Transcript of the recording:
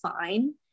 fine